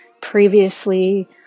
previously